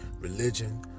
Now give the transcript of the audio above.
religion